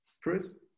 first